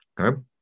okay